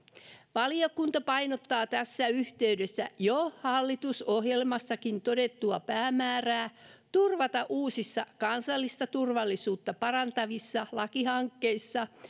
valiokunta painottaa tässä yhteydessä jo hallitusohjelmassakin todettua päämäärää turvata uusissa kansallista turvallisuutta parantavissa lakihankkeissa